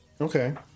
Okay